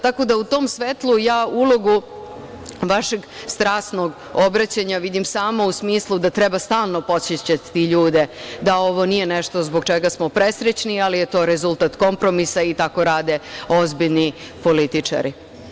Tako da, u tom svetlu ulogu vašeg strasnog obraćanja ja vidim samo u smislu da treba stalno podsećati ljude da ovo nije nešto zbog čega smo presrećni, ali je to rezultat kompromisa i tako rade ozbiljni političari.